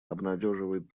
обнадеживает